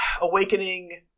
Awakening